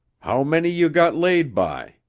how many you got laid by?